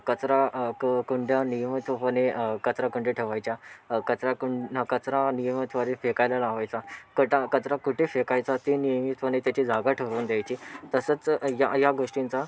कचरा क कुंड्या नियमितपणे कचराकुंडी ठेवायच्या कचराकुं कचरा नियमितपणे फेकायला लावायचा कटा कचरा कुठे फेकायचा ते नियमितपणे त्याची जागा ठरवून द्यायची तसंच या या गोष्टींचा